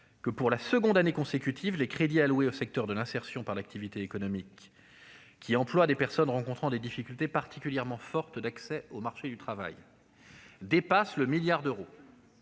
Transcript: pour la deuxième année consécutive, que les crédits alloués au secteur de l'insertion par l'activité économique, qui emploie des personnes rencontrant des difficultés particulièrement fortes d'accès au marché du travail, dépassent le milliard d'euros.